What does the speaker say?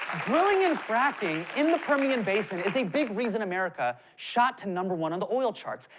drilling and fracking in the permian basin is a big reason america shot to number one on the oil charts.